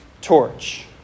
torch